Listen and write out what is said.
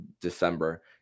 December